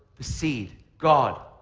the seed. god.